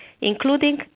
including